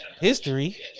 history